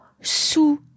sous